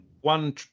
one